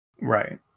Right